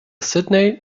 sydney